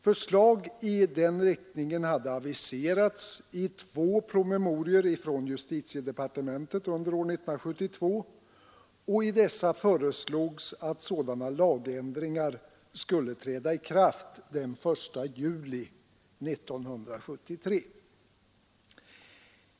Förslag i denna riktning hade aviserats i två promemorior från justitiedepartementet under år 1972, och i dessa föreslogs att sådana lagändringar skulle träda i kraft den 1 juli 1973.